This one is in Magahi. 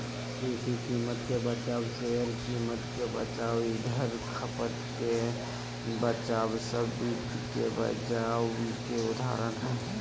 कृषि कीमत के बचाव, शेयर कीमत के बचाव, ईंधन खपत के बचाव सब वित्त मे बचाव के उदाहरण हय